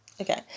Okay